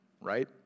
right